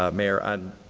ah mayor, on